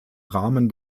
rahmen